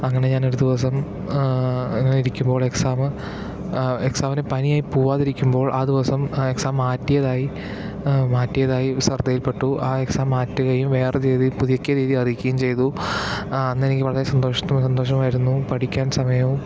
അങ്ങനെ ഞാനൊരു ദിവസം ഇങ്ങനെ ഇരിക്കുമ്പോള് എക്സാം എക്സാമിന് പനിയായി പോവാതിരിക്കുമ്പോള് ആ ദിവസം ആ എക്സാം മാറ്റിയതായും മാറ്റിയതായും ശ്രദ്ധയില്പ്പെട്ടു ആ എക്സാം മാറ്റുകയും വേറെ തീയതി പുതുക്കിയ തീയതി അറിയിക്കുകയും ചെയ്തു അന്ന് എനിക്ക് വളരെ സന്തോഷ സന്തോഷമായിരുന്നു പഠിക്കാന് സമയവും